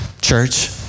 Church